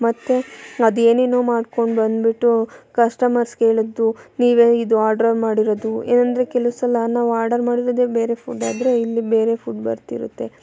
ಮತ್ತು ಅದೇನೇನೋ ಮಾಡ್ಕೊಂಡು ಬಂದ್ಬಿಟ್ಟು ಕಸ್ಟಮರ್ಸ್ ಕೇಳಿದ್ದು ನೀವೇ ಇದು ಆರ್ಡರ್ ಮಾಡಿರೋದು ಏನೆಂದರೆ ಕೆಲವು ಸಲ ನಾವು ಆರ್ಡರ್ ಮಾಡಿರೋದೆ ಬೇರೆ ಫುಡ್ ಆದರೆ ಇಲ್ಲಿ ಬೇರೆ ಫುಡ್ ಬರ್ತಿರುತ್ತೆ